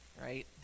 right